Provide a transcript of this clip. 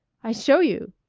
i show you,